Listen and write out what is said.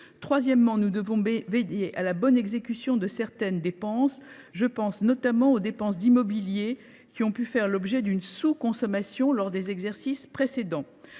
Troisièmement, nous devons veiller à la bonne exécution de certaines dépenses. Je pense notamment aux dépenses d’immobilier, qui ont pu faire l’objet d’une sous consommation lors d’exercices précédents.